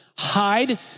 hide